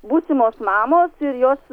būsimos mamos ir jos